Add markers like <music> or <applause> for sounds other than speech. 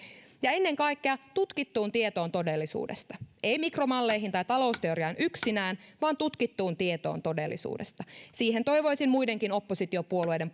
ja ennen kaikkea tutkittuun tietoon todellisuudesta ei mikromalleihin tai talousteoriaan yksinään vaan tutkittuun tietoon todellisuudesta siihen toivoisin muidenkin oppositiopuolueiden <unintelligible>